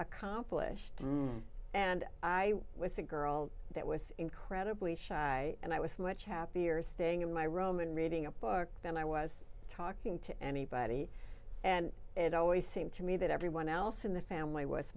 accomplished and i was a girl that was incredibly shy and i was much happier staying in my room and reading a book than i was talking to anybody and it always seemed to me that everyone else in the family was